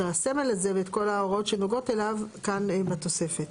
הסמל הזה ואת כל ההוראות שנוגעות אליו כאן בתוספת.